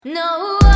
No